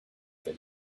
that